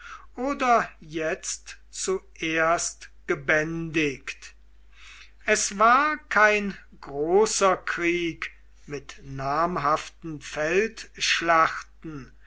oder jetzt zuerst gebändigt es war kein großer krieg mit namhaften